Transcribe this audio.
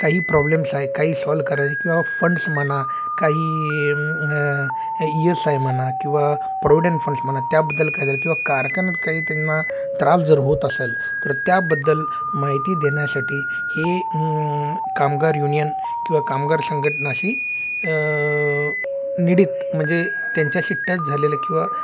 काही प्रॉब्लेम्स आहे काही सॉल्व करायचे किंवा फंड्स म्हणा काही इ एस आय म्हणा किंवा प्रॉविडेंट फंड्स म्हणा त्याबद्दल काय झालं किंवा कारखान्यात काही त्यांना त्रास जर होत असेल तर त्याबद्दल माहिती देण्यासाठी हे कामगार युनियन किंवा कामगार संघटनाशी निगडित म्हणजे त्यांच्याशी टच झालेलं किंवा